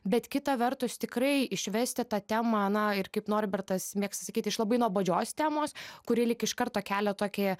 bet kita vertus tikrai išvesti tą temą na ir kaip norbertas mėgsta sakyt iš labai nuobodžios temos kuri lyg iš karto kelia tokį